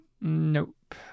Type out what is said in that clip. Nope